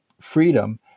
freedom